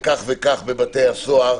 וכך בבתי הסוהר,